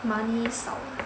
money 少